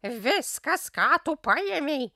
viskas ką tu paėmei